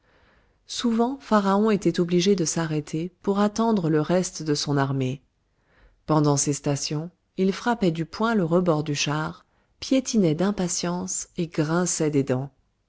souvent pharaon était obligé de s'arrêter pour attendre le reste de son armée pendant ces stations il frappait du poing le rebord du char piétinait d'impatience et grinçait des dents